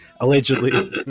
Allegedly